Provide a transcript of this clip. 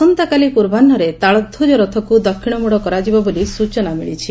ଆସନ୍ତାକାଲି ପୂର୍ବାହ୍ସରେ ତାଳଧ୍ୱଜ ରଥକୁ ଦକ୍ଷିଣ ମୋଡ଼ କରାଯିବ ବୋଲି ସୂଚନା ମିଳିଛି